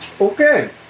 Okay